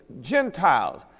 Gentiles